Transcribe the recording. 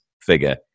figure